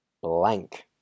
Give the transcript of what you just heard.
blank